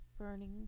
burning